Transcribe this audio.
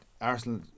Arsenal